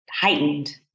heightened